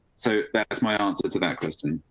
so that's my answer to that question.